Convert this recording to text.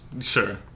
sure